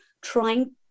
trying